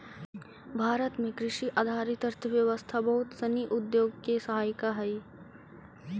भारत में कृषि आधारित अर्थव्यवस्था बहुत सनी उद्योग के सहायिका हइ